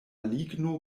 ligno